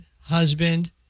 husband